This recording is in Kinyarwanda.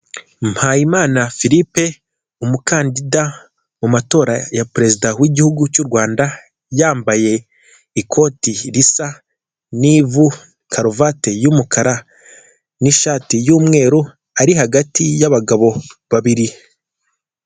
Mpayimana Firipe umukandida mu matora ya perezida w'igihugu cy'u Rwanda, yambaye ikoti risa n'ivu karuvati y'umukara n'ishati y'umweru ari hagati y'abagabo babiri.